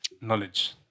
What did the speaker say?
knowledge